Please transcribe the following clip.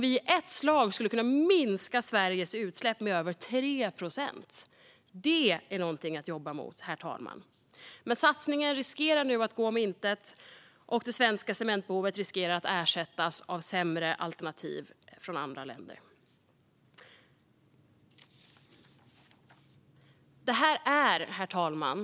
I ett slag skulle vi kunna minska Sveriges utsläpp med över 3 procent. Det är något att jobba för, herr talman! Men satsningen riskerar nu att gå om intet, och svensk cement riskerar att ersättas av sämre alternativ från andra länder. Herr talman!